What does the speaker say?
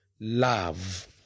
love